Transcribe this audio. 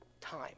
time